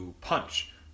punch